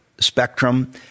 spectrum